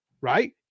right